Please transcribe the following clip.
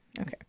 Okay